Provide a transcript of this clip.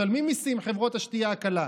משלמים מיסים, חברות השתייה הקלה.